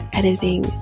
editing